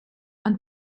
and